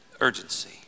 urgency